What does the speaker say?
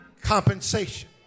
compensation